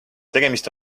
tegemist